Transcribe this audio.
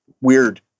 weird